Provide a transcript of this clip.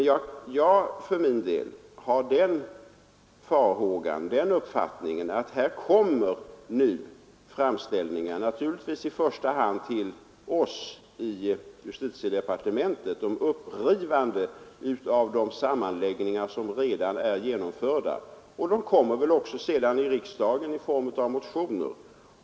Jag har den uppfattningen att vi kan vänta framställningar — i första hand naturligtvis till oss i justitiedepartementet — om upprivande av de sammanläggningar som redan är genomförda, och sedan kommer det väl också sådana framställningar till riksdagen i form av motioner.